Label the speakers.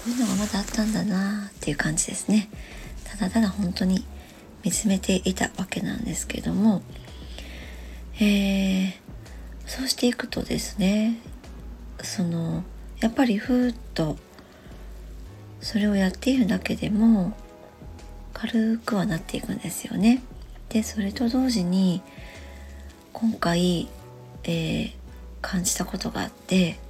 Speaker 1: こういうのがまだあったんだなあっていう感じですね。ただただ本当に見つめていたわけなんですけども。えー、そうしていくとですね、その、やっぱりふーっとそれをやっているだけでも軽くはなっていくんですよね。で、それと同時に、今回、えー、感じたことがあって、